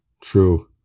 True